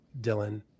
dylan